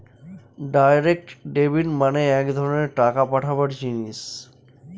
direct debit মানে এক ধরনের টাকা পাঠাবার জিনিস